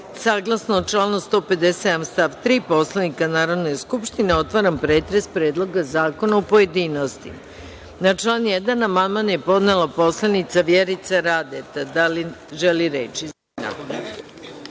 saglasno članu 157. stav 3. Poslovnika Narodne skupštine, otvaram pretres Predloga zakona u pojedinostima. Na član 1. amandman je podnela poslanica Vjerica Radeta. Da li želi reč?